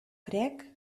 crec